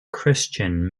christian